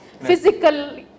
physical